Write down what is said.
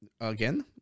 Again